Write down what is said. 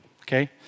okay